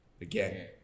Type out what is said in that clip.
again